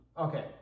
Okay